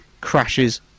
crashes